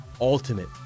ultimate